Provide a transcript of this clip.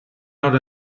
not